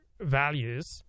Values